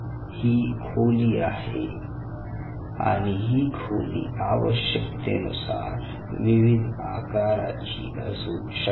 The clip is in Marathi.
ही खोली आहे आणि ही खोली आवश्यकतेनुसार विविध आकाराची असू शकते